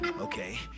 okay